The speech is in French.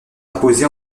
imposé